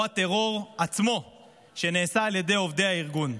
או הטרור עצמו שנעשה על ידי עובדי הארגון.